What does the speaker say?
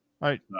right